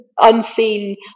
unseen